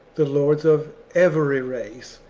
the lords of every race,